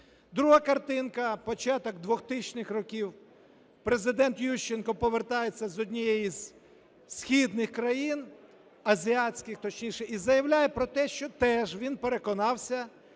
Друга картинка. Початок 2000-х років, Президент Ющенко повертається з однієї із східних країн, азіатських, точніше, і заявляє про те, що теж він переконався,